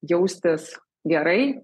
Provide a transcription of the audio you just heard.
jaustis gerai